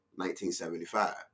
1975